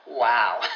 Wow